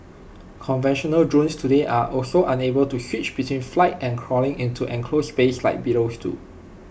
conventional drones today are also unable to switch between flight and crawling into enclosed spaces like beetles do